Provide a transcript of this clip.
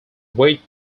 weighed